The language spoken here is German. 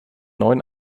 neun